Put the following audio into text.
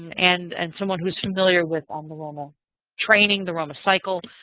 and and someone who is familiar with um the roma training, the roma cycle,